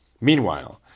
Meanwhile